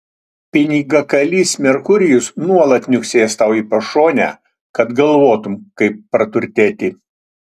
pinigakalys merkurijus nuolat niuksės tau į pašonę kad galvotum kaip praturtėti